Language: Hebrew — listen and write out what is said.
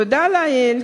תודה לאל,